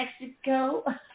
Mexico